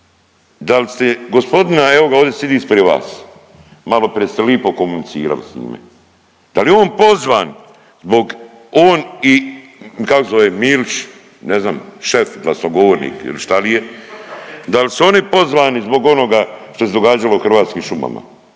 dal ste gospodina evoga ovdje sidi ispred vas, maloprije ste lipo komunicirali s njime, da li je on pozvan zbog on i kako se zove Milić ne znam šef glasnogovornik ili šta li je, dal su oni pozvani zbog onoga što se događalo u Hrvatskim šumama?